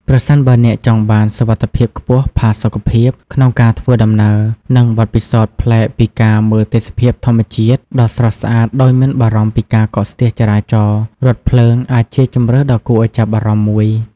ប្រសិនបើអ្នកចង់បាន សុវត្ថិភាពខ្ពស់ ផាសុកភាព ក្នុងការធ្វើដំណើរ និងបទពិសោធន៍ប្លែកពីការ មើលទេសភាពធម្មជាតិ ដ៏ស្រស់ស្អាតដោយមិនបារម្ភពីការកកស្ទះចរាចរណ៍ រថភ្លើង អាចជាជម្រើសដ៏គួរឱ្យចាប់អារម្មណ៍មួយ។